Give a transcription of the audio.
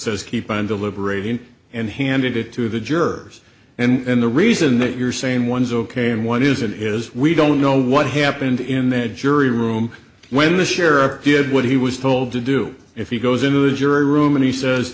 says keep on deliberating and handed it to the jurors and the reason that you're same ones ok and what isn't is we don't know what happened in that jury room when the sheriff did what he was told to do if he goes into the jury room and he says